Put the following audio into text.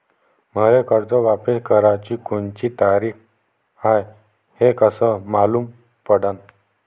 मले कर्ज वापस कराची कोनची तारीख हाय हे कस मालूम पडनं?